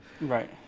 Right